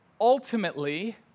ultimately